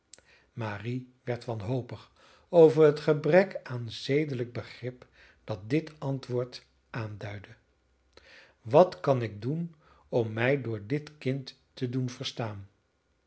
marie werd wanhopig over het gebrek aan zedelijk begrip dat dit antwoord aanduidde wat kan ik doen om mij door dit kind te doen verstaan